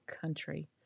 country